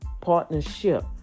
Partnership